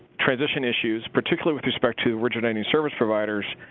transition issues particularly with respect to originating service providers